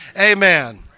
amen